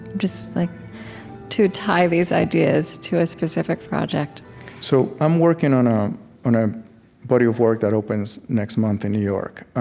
just like to tie these ideas to a specific project so i'm working on ah on a body of work that opens next month in new york